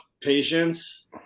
patience